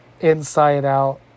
inside-out